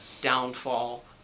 downfall